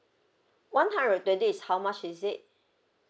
one hundred and twenty is how much is it